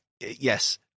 yes